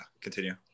continue